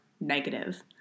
negative